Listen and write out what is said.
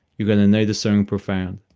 you're going to notice something profound.